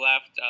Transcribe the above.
left